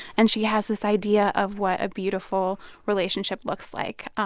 and she has this idea of what a beautiful relationship looks like.